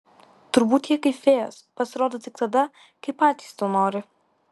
turbūt jie kaip fėjos pasirodo tik tada kai patys to nori